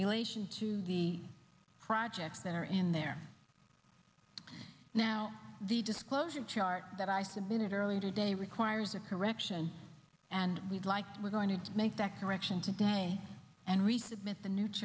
relation to be projects that are in there now the disclosure chart that i submitted early today requires a correction and we'd like to we're going to make that correction today and resubmit the new